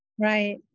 Right